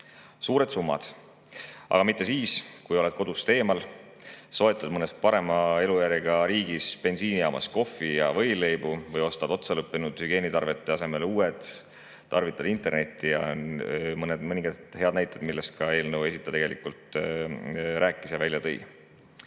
Suured summad. Aga mitte siis, kui oled kodust eemal, soetad mõnes parema elujärjega riigis bensiinijaamas kohvi ja võileibu või ostad otsa lõppenud hügieenitarvete asemele uued, tarvitad internetti ja nii edasi, veel mõningad head näited, millest ka eelnõu esitaja tegelikult rääkis ja mida ta